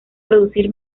producir